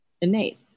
innate